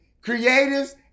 creatives